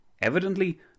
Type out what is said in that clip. Evidently